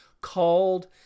called